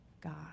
God